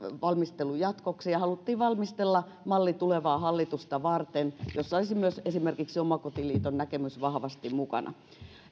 valmistelun jatkoksi ja haluttiin valmistella tulevaa hallitusta varten malli jossa olisi myös esimerkiksi omakotiliiton näkemys vahvasti mukana